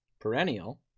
Perennial